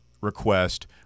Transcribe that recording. request